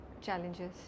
challenges